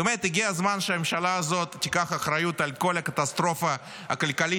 באמת הגיע הזמן שהממשלה הזאת תיקח אחריות על כל הקטסטרופה הכלכלית,